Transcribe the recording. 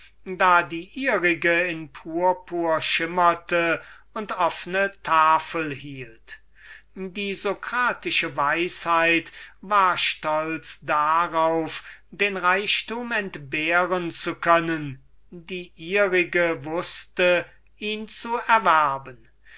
da die ihrige in purpur schimmerte und offne tafel hielt die socratische weisheit war stolz darauf den reichtum entbehren zu können die ihrige wußte ihn zu erwerben